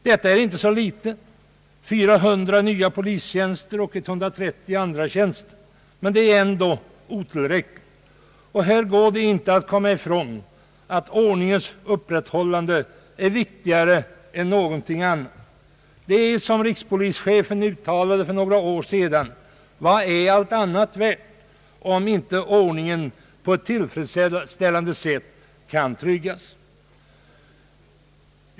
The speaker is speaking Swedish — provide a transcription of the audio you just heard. Detta är inte så litet — 400 nya polistjänster och 130 andra tjänster — men det är ändå otillräckligt. Det går inte att komma ifrån att ordningens upprätthållande är viktigare än någonting annat. Det är som rikspolischefen uttalade för några år sedan: Vad är allt annat värt om inte ordningen på ett tillfredsställande sätt kan tryggas?